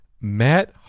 Matt